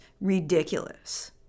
ridiculous